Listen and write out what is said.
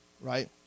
right